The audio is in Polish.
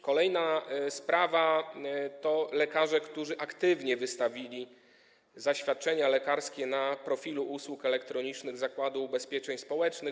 Kolejna sprawa to liczba lekarzy, którzy aktywnie wystawiali zaświadczenia lekarskie na profilu usług elektronicznych Zakładu Ubezpieczeń Społecznych.